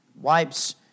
Wipes